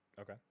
okay